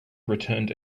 returned